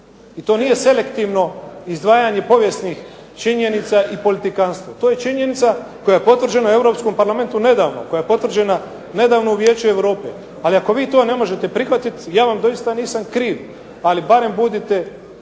I to nije selektivno izlaganje povijesnih činjenica i politikantstvo. To je činjenica koja je potvrđena u europskom parlamentu nedavno, koja je potvrđena nedavno u Vijeću Europe. Ali ako vi to ne možete prihvatiti ja vam doista nisam kriv, ali barem budite